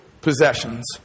possessions